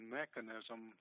mechanism